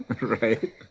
right